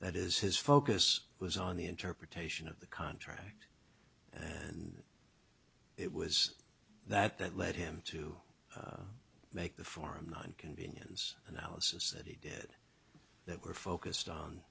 that is his focus was on the interpretation of the contract and it was that that led him to make the forum not inconvenience analysis that he did that were focused on